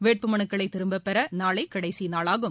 வேட்பு மனுக்களை திரும்ப பெற நாளை கடைசி நாளாகும்